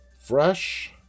Fresh